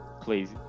please